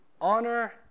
Honor